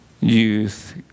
Youth